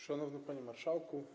Szanowny Panie Marszałku!